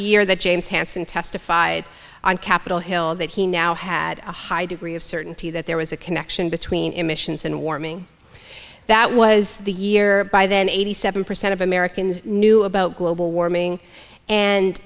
year that james hansen testified on capitol hill that he now had a high degree of certainty that there was a connection between emissions and warming that was the year by then eighty seven percent of americans knew about global warming and